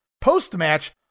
post-match